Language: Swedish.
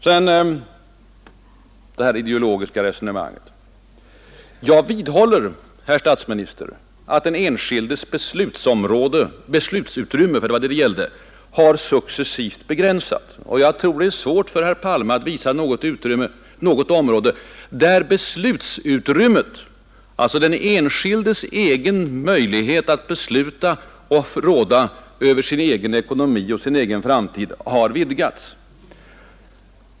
Sedan det här ideologiska resonemanget! Jag vidhåller, herr statsminister, att den enskildes beslutsutrymme — det var detta det gällde — successivt har begränsats. Och jag tror det är svårt för herr Palme att visa på något enda område där beslutsutrymmet — alltså den enskildes egen möjlighet att besluta och råda över sin egen ekonomi och sin egen framtid — har vidgats.